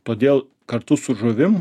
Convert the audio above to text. todėl kartu su žuvim